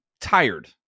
tired